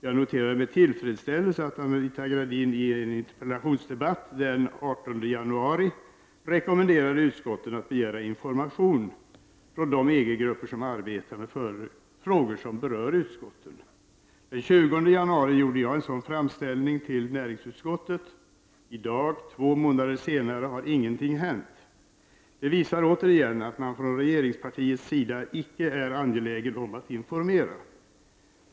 Jag noterade med tillfredsställelse att Anita Gradin i en interpellationsdebatt den 18 januari rekommenderade utskotten att begära information från de EG-grupper som arbetar med frågor som berör utskotten. Den 20 januari gjorde jag en sådan framställning till näringsutskottet. I dag, två månader senare, har ingenting hänt. Det visar återigen att man från regeringspartiets sida icke är angelägen om att informera.